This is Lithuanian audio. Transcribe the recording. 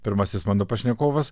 pirmasis mano pašnekovas